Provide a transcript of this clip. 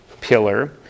pillar